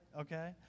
okay